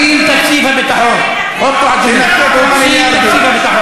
עם תקציב הביטחון, ולא שיעור כזה.